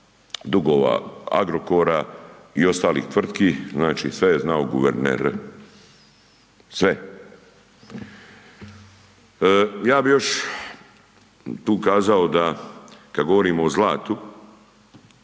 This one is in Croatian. dugova Agrokora i ostalih tvrtki, znači, sve je znao guverner, sve. Ja bi još tu kazao da kad govorimo o zlatu,